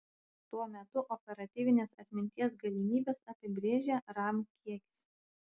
tuo metu operatyvinės atminties galimybes apibrėžia ram kiekis